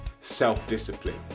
self-discipline